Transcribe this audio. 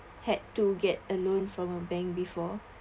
had to get a loan from a bank before